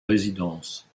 résidence